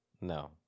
No